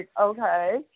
Okay